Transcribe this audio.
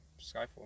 Skyfall